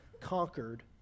conquered